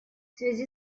связи